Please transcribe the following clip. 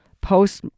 post